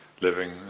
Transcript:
living